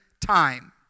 time